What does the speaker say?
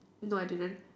no I didn't